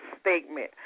statement